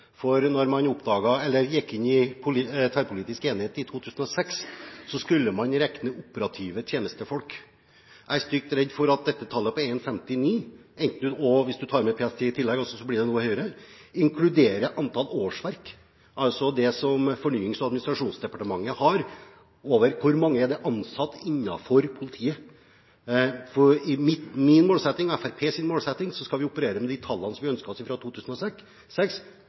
fakta. Når det gjelder dekningsgraden, skriver vi 1,45. Det var det siste oppdaterte tallet vi hadde. Men jeg tror 1,45 faktisk ikke trenger å være nærmere fakta enn 1,59. Det har jeg utfordret justisministeren på tidligere, for etter tverrpolitisk enighet i 2006, skulle man regne operative tjenestefolk. Jeg er stygt redd for at tallet på 1,59 – hvis du tar med PST i tillegg, blir det noe høyere – inkluderer antall årsverk, altså det tallet som Fornyings- og administrasjonsdepartementet har over hvor mange ansatte det er i politiet. I min og Fremskrittspartiets målsetting opererer vi med